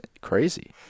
crazy